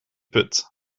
put